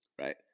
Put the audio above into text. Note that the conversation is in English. right